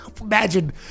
imagine